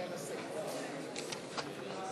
סיעת יש עתיד לסעיף תקציבי 40,